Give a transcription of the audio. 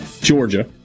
Georgia